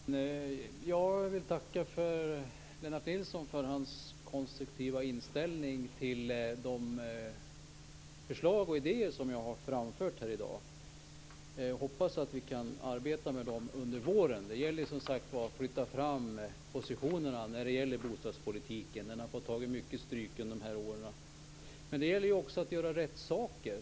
Fru talman! Jag vill tacka Lennart Nilsson för han konstruktiva inställning till de förslag och idéer som jag har framfört här i dag. Jag hoppas att vi kan arbeta med dem under våren. Det gäller att flytta fram positionerna i fråga om bostadspolitiken. Den har fått mycket stryk under de senaste åren. Men man måste också göra rätt saker.